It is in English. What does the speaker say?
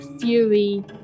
Fury